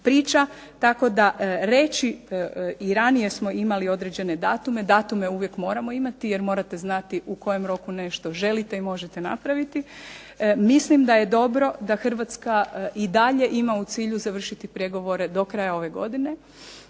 priča, tako da reći i ranije smo imali određene datume, datume uvijek moramo imati, jer morate znati u kojem roku nešto želite i možete napraviti. Mislim da je dobro da Hrvatska i dalje ima u cilju završiti pregovore do kraja ove godine,